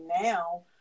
now